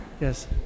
Yes